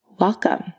Welcome